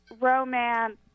romance